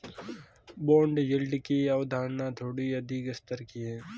bond yield की अवधारणा थोड़ी अधिक स्तर की है